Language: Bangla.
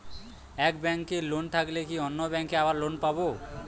এক ব্যাঙ্কে লোন থাকলে কি অন্য ব্যাঙ্কে আবার লোন পাব?